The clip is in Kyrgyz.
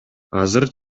азыр